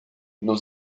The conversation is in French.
nos